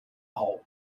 hole